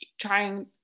trying